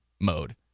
mode